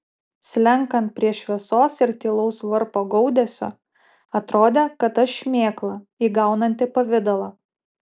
slenkant prie šviesos ir tylaus varpo gaudesio atrodė kad aš šmėkla įgaunanti pavidalą